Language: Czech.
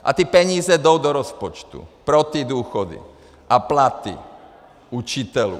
A ty peníze jdou do rozpočtu pro ty důchody a platy učitelů.